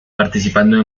participando